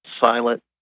silent